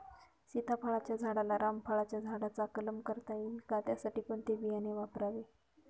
सीताफळाच्या झाडाला रामफळाच्या झाडाचा कलम करता येईल का, त्यासाठी कोणते बियाणे वापरावे?